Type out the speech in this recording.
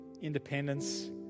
independence